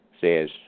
says